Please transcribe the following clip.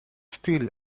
still